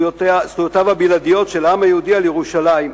לזכויותיו הבלעדיות של העם היהודי על ירושלים.